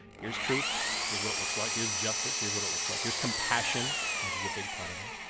here's truth, here's what it looks like here's justice here's what it looks like, here's compassion which is a big part of him.